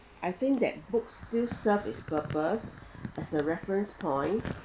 I think that books do serve it's purpose as a reference point